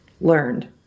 learned